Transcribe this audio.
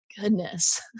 goodness